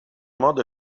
modo